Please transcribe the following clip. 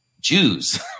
Jews